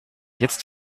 jetzt